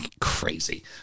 Crazy